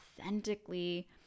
authentically